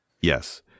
Yes